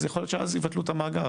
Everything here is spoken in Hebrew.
אז יכול להיות שאז יבטלו את המאגר,